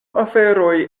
aferoj